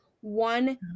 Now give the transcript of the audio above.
one